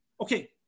Okay